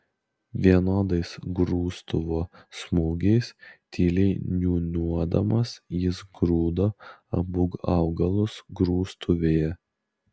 vienodais grūstuvo smūgiais tyliai niūniuodamas jis grūdo abu augalus grūstuvėje